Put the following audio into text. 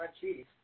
cheese